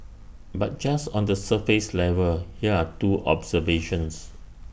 but just on the surface level here are two observations